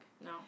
No